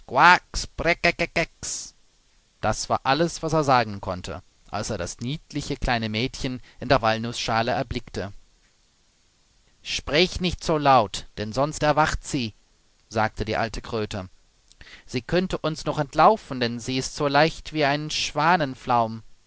das war alles was er sagen konnte als er das niedliche kleine mädchen in der walnußschale erblickte sprich nicht so laut denn sonst erwacht sie sagte die alte kröte sie könnte uns noch entlaufen denn sie ist so leicht wie ein